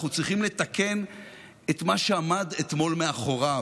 אנחנו צריכים לתקן את מה שעמד אתמול מאחוריו,